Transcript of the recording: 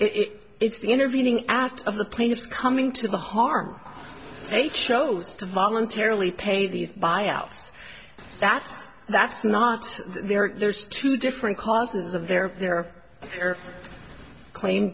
kleinfeld if it's the intervening act of the plaintiffs coming to the harm they chose to voluntarily pay these buyouts that's that's not there there's two different causes of their their claim